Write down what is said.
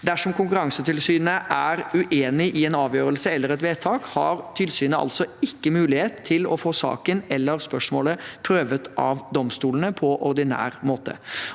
Dersom Konkurransetilsynet er uenig i en avgjørelse eller et vedtak, har ikke tilsynet mulighet til å få saken eller spørsmålet prøvd av domstolene på ordinær måte.